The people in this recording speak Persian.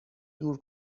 دور